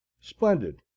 Splendid